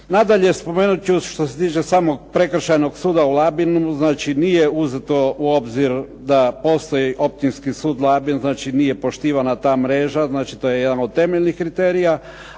Nadalje, spomenut ću što se tiče samog Prekršajnog suda u Labinu. Znači nije uzeto u obzir da postoji Općinski sud Labin, znači nije poštivana ta mreža. Znači to je jedan od temeljnih kriterija.